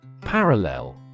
parallel